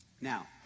Now